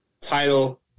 title